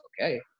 okay